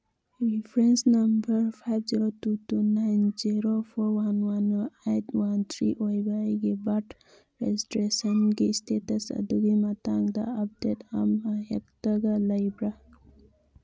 reference number five zero two two nine zero four one one eight one three ꯑꯣꯏꯕ ꯑꯩꯒꯤ ꯕꯥꯔꯠ ꯔꯦꯖꯤꯁꯇ꯭ꯔꯦꯁꯟꯒꯤ status ꯑꯗꯨꯒꯤ ꯃꯇꯥꯡꯗ ꯑꯞꯗꯦꯠ ꯑꯃ ꯍꯦꯛꯇꯒ ꯂꯩꯕ꯭ꯔꯥ